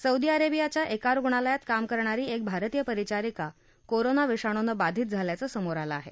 Saudi अरेबियाच्या एका रुग्णालयात काम करणारी एक भारतीय परिचारिका कोरोना विषाणूनं बाधित झाल्याचं समोर आलं आहे